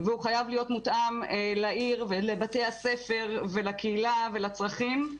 והוא חייב להיות מותאם לעיר ולבתי הספר ולקהילה ולצרכים.